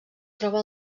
troba